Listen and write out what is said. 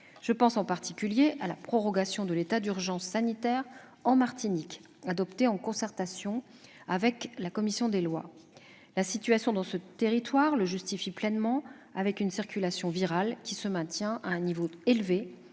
Je pense en particulier à la prorogation de l'état d'urgence sanitaire en Martinique, adoptée en concertation avec votre commission des lois. La situation dans ce territoire le justifie pleinement, avec une circulation virale qui se maintient à un niveau élevé,